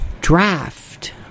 draft